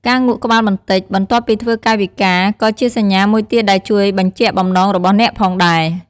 ការងក់ក្បាលបន្តិចបន្ទាប់ពីធ្វើកាយវិការ ក៏ជាសញ្ញាមួយទៀតដែលជួយបញ្ជាក់បំណងរបស់អ្នកផងដែរ។